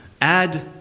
add